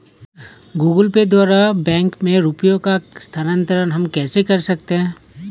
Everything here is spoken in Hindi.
गूगल पे द्वारा बैंक में रुपयों का स्थानांतरण हम कैसे कर सकते हैं?